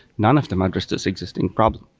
none of them address this existing problem.